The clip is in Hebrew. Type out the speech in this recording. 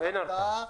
אין הרתעה.